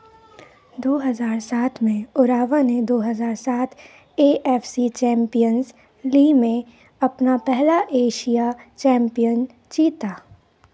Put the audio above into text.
दो हज़ार सात में उरावा ने दो हज़ार सात A F C champions league में अपना पहला एशिया चैंपियन जीता